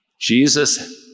Jesus